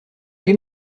ali